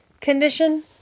condition